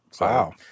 Wow